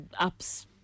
apps